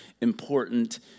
important